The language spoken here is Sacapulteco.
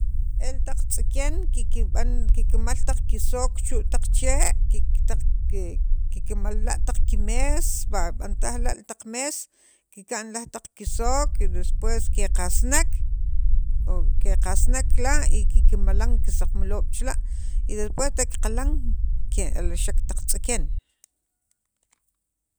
el taq tz'iken kikb'an kikmal taq kisook chu' taq chee' kik taq kikmal la' taq kimees va b'antaj la taq mees kika'n taq laj kisook y despues keqsnek o keqasnek la' y kikmalan kisaqmaloob' chira' y despues te' qaqilan ke'alxek taq tz'iken